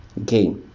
okay